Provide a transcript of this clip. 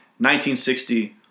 1960